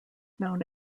known